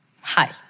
Hi